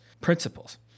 principles